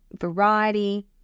variety